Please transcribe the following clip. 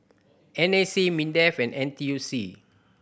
N A C MINDEF and N T U C